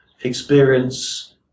experience